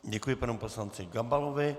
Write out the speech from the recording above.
Děkuji panu poslanci Gabalovi.